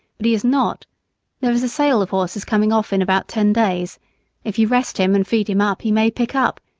but he is not there is a sale of horses coming off in about ten days if you rest him and feed him up he may pick up,